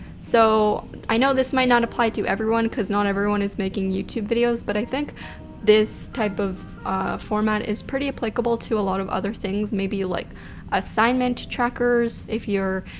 so i know this might not apply to everyone cause not everyone is making youtube videos, but i think this type of format is pretty applicable to a lot of other things. maybe like assignment trackers, if you're,